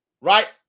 Right